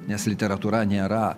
nes literatūra nėra